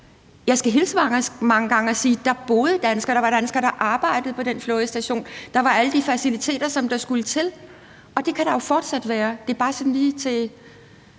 Jeg skulle hilse mange gange og sige: Der boede danskere. Der var danskere, der arbejdede på den flådestation. Der var alle de faciliteterne, der skulle til. Og det kan der jo fortsat være. Det er bare lige til